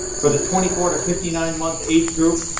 for the twenty four to fifty nine month age group,